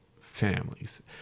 families